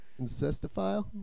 Incestophile